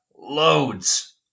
loads